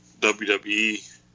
WWE